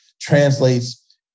translates